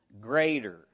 greater